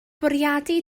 bwriadu